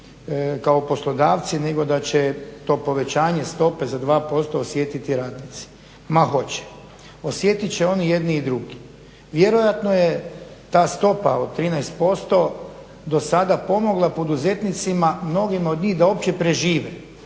kao poslodavci nego da će to povećanje stope za 2% osjetiti radnici. Ma hoće, osjetit će oni jedni i drugi. Vjerojatno je ta stopa od 13% do sada pomogla poduzetnicima mnogima od njih da uopće prežive